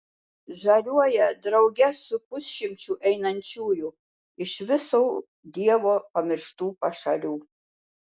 žaliuoja drauge su pusšimčiu einančiųjų iš visų dievo pamirštų pašalių